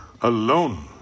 alone